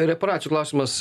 reparacijų klausimas